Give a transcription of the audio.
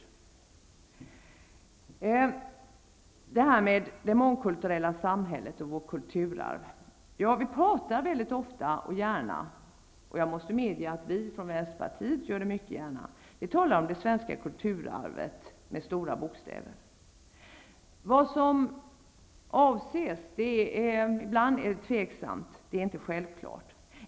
Vi talar mycket ofta och gärna om det mångkulturella samhället och vårt kulturarv, och jag måste medge att vi i Vänsterpartiet också mycket gärna gör det. Vi talar om Det Svenska Kulturarvet -- med stora bokstäver. Vad som avses är ibland osäkert, det är inte något självklart.